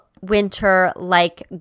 winter-like